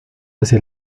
hacia